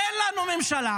אין לנו ממשלה.